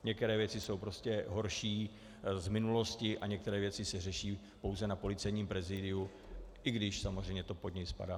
Některé věci jsou prostě horší z minulosti a některé věci se řeší pouze na Policejním prezidiu, i když samozřejmě to pod něj spadá.